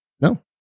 No